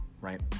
right